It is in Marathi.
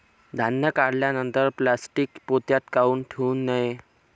धान्य काढल्यानंतर प्लॅस्टीक पोत्यात काऊन ठेवू नये?